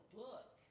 book